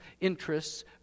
interests